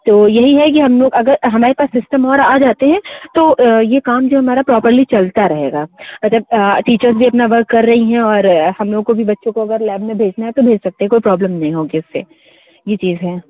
तो यहीं है कि हमलोग अगर हमारे पास सिस्टम और आ जाते हैं तो ये काम जो हमारा प्रॉपर्ली चलता रहेगा अगर टीचर्स भी अपना वर्क कर रही हैं और हम लोग को भी बच्चो को अगर लैब में भेजना है तो भेज सकते हैं कोई प्रॉब्लम नहीं होगी उस से ये चीज है